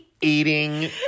eating